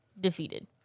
defeated